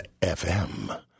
FM